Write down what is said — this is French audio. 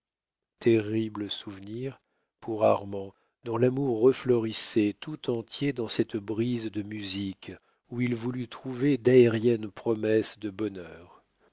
terribles souvenirs pour armand dont l'amour reflorissait tout entier dans cette brise de musique où il voulut trouver d'aériennes promesses de bonheur